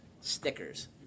stickers